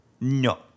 No